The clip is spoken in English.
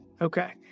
okay